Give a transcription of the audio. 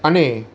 અને